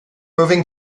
moving